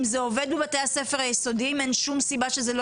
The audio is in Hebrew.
אם זה עובד בבתי הספר התיכוניים אין שום סיבה שזה לא